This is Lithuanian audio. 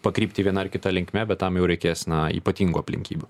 pakrypti viena ar kita linkme bet tam jau reikės na ypatingų aplinkybių